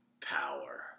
Power